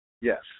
Yes